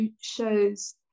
shows